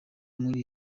muri